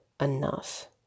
enough